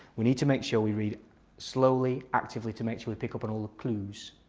we need to make sure we read slowly actively to make sure we pick up on all the clues.